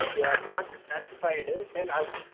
if you are not satisfied tell us